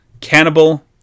Cannibal